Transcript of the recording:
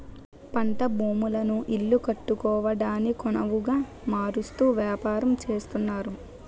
పంట భూములను ఇల్లు కట్టుకోవడానికొనవుగా మారుస్తూ వ్యాపారం చేస్తున్నారు